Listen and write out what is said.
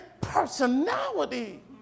personality